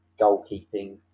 goalkeeping